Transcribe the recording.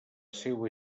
seua